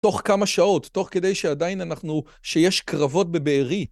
תוך כמה שעות, תוך כדי שעדיין אנחנו, שיש קרבות בבארי.